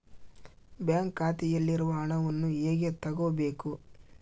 Bank ಖಾತೆಯಲ್ಲಿರುವ ಹಣವನ್ನು ಹೇಗೆ ತಗೋಬೇಕು?